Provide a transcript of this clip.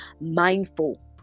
mindful